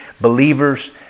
believers